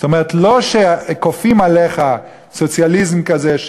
כלומר לא שכופים עליך סוציאליזם כזה.